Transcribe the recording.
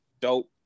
dope